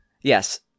Yes